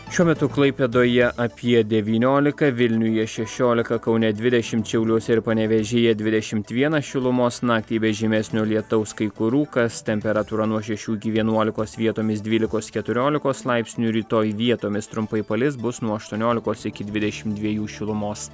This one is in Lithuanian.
šiuo metu klaipėdoje apie devyniolika vilniuje šešiolika kaune dvidešim šiauliuose ir panevėžyje dvidešimt vienas šilumos naktį be žymesnio lietaus kai kur rūkas temperatūra nuo šešių iki vienuolikos vietomis dvylikos keturiolikos laipsnių rytoj vietomis trumpai palis bus nuo aštuoniolikos iki dvidešim dviejų šilumos